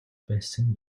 байсан